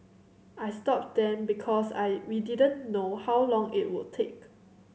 I stopped them because I we didn't know how long it would take